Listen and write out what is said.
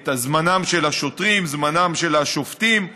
את זמנם של השוטרים, זמנם של השופטים וכו'